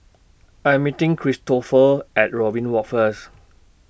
I Am meeting Cristofer At Robin Walk First